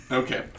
okay